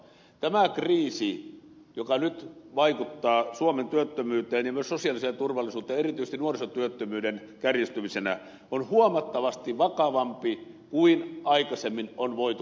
tämä kriisi joka nyt vaikuttaa suomen työttömyyteen ja myös sosiaaliseen turvallisuuteen erityisesti nuorisotyöttömyyden kärjistymisenä on huomattavasti vakavampi kuin aikaisemmin on voitu kuvitellakaan